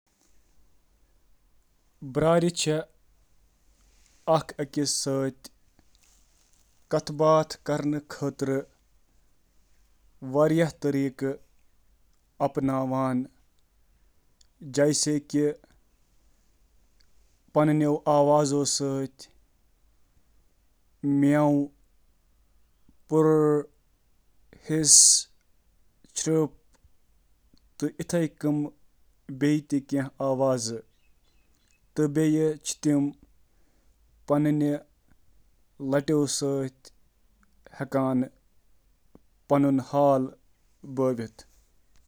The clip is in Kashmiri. بیٛارۍ چھِ آوازٕ سۭتۍ کتھ باتھ کران ,میوونگ، پوٗرنگ تہٕ ہیسنگ, تہٕ پننِس جسمس تہٕ رٔویہ سۭتۍ۔